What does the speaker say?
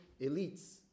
elites